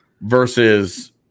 versus